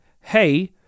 hey